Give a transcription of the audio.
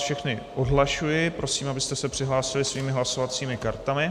Všechny vás odhlašuji, prosím, abyste se přihlásili svými hlasovacími kartami.